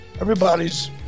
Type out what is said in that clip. everybody's